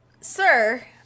sir